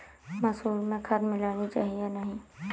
मसूर में खाद मिलनी चाहिए या नहीं?